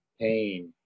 pain